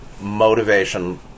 motivation